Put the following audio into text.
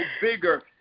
bigger